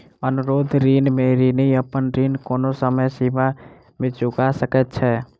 अनुरोध ऋण में ऋणी अपन ऋण कोनो समय सीमा में चूका सकैत छै